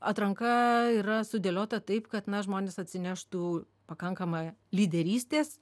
atranka yra sudėliota taip kad na žmonės atsineštų pakankamą lyderystės